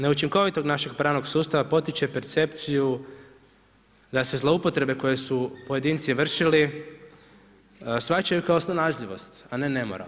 Neučinkovitost našeg pravnog sustava potiče percepciju da se zloupotrebe koje su pojedinci vršili shvaćaju kao snalažljivost, a ne nemoral.